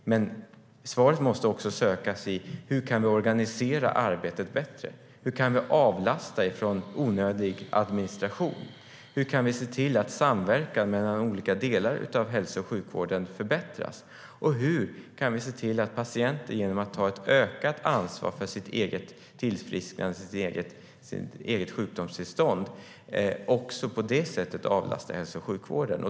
Svaret måste också sökas i hur vi kan organisera arbetet bättre och avlasta från onödig administration, vidare hur vi kan se till att samverkan mellan olika delar av hälso och sjukvården förbättras samt hur vi kan se till att patienter genom att ta ett ökat ansvar för sitt eget tillfrisknande, sitt eget sjukdomstillstånd, också på det sättet avlastar hälso och sjukvården.